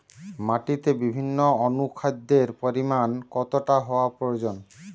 মাটিতে বিভিন্ন অনুখাদ্যের পরিমাণ কতটা হওয়া প্রয়োজন?